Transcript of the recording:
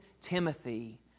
Timothy